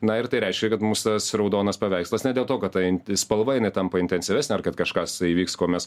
na ir tai reiškia kad mums tas raudonas paveikslas ne dėl to kad tai spalva jinai tampa intensyvesnė ar kad kažkas įvyks ko mes